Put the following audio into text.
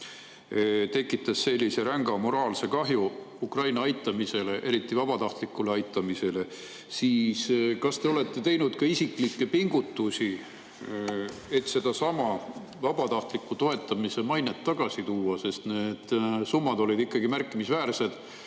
tekitas ränga moraalse kahju Ukraina aitamisele, eriti vabatahtlikule aitamisele –, siis kas te olete teinud ka isiklikke pingutusi, et vabatahtliku toetamise mainet tagasi tuua. Need summad olid ikkagi märkimisväärsed,